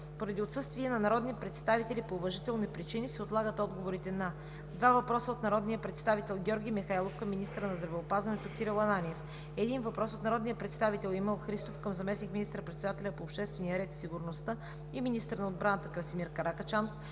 Поради отсъствие на народни представители по уважителни причини се отлагат отговорите на: - два въпроса от народния представител Георги Михайлов към министъра на здравеопазването Кирил Ананиев; - един въпрос от народния представител Емил Христов към заместник министър-председателя по обществения ред и сигурността и министър на отбраната Красимир Каракачанов.